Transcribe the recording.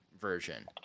version